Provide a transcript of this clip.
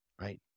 right